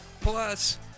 Plus